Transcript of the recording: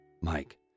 Mike